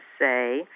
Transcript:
say